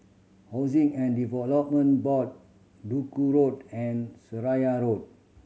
Housing and Development Board Duku Road and Seraya Road